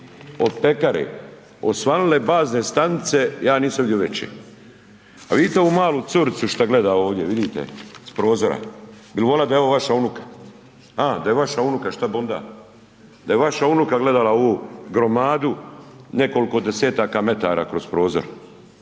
od pekare, osvanule bazne stanice, ja nisam vidio veće. A vidite ovu malu curicu što gleda ovdje, vidite, s prozora? Bi voljeli da je ovo vaša unuka? A, da je vaša unuka, što bi onda? Da je vaša unuka gledala u ovu gromadu, nekoliko desetaka metara kroz prozor.